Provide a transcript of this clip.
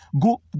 go